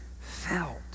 felt